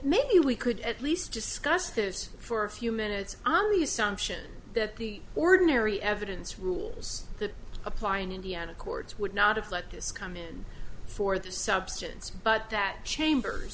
maybe we could at least discuss this for a few minutes on the assumption that the ordinary evidence rules that apply in indiana courts would not have let this come in for the substance but that chambers